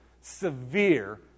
severe